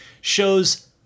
shows